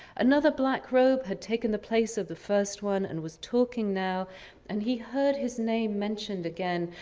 another black robe had taken the place of the first one and was talking now and he heard his name mentioned again,